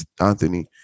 Anthony